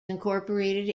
incorporated